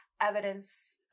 evidence